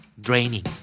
Draining